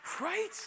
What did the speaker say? right